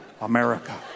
America